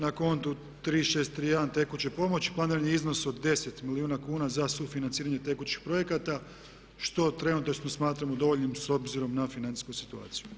Na kontu 3631 tekuće pomoći planiran je iznos od 10 milijuna kuna za sufinanciranje tekućih projekata što trenutačno smatramo dovoljnim s obzirom na financijsku situaciju.